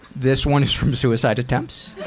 this one is from suicide attempts,